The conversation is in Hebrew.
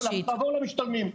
נעבור למשתלמים,